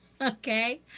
okay